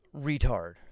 retard